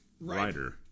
Rider